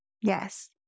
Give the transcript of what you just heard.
Yes